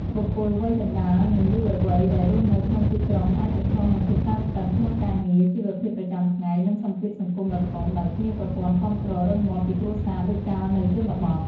បុគ្គលវ័យកណ្ដាល និងយុវវ័យដែលរស់នៅក្នុងទីក្រុងអាចប្រឈមនឹងភាពតានតឹងក្នុងការងារ ជីវភាពប្រចាំថ្ងៃ និងសម្ពាធសង្គមដ៏ធំ ដោយគ្មានប្រព័ន្ធគាំទ្ររឹងមាំពីគ្រួសារដូចកាលនៅជនបទ។